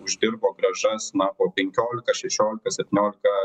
uždirbo grąžas na po penkiolika šešiolika septyniolika